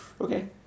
Okay